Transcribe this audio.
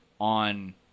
on